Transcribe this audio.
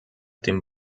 dem